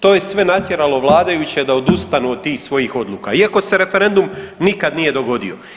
To je sve natjeralo vladajuće da odustanu od tih svojih odluka iako se referendum nikad nije dogodio.